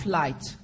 light